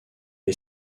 est